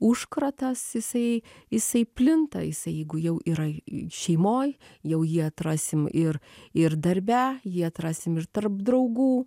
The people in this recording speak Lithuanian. užkratas jisai jisai plinta jisai jeigu jau yra šeimoj jau jį atrasim ir ir darbe jį atrasim ir tarp draugų